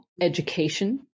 education